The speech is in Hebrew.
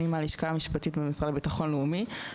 אני מהלשכה המשפטית במשרד לבטחון לאומי.